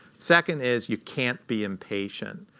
second is you can't be impatient.